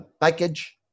package